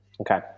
Okay